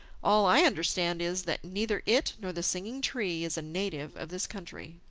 all i understand is, that neither it nor the singing tree is a native of this country.